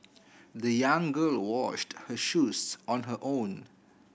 the young girl washed her shoes on her own